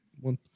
one